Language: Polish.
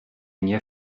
nie